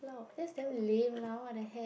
!walao! that's damn lame lah what the heck